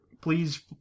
Please